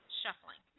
shuffling